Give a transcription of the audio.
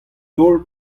daol